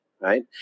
right